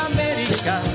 America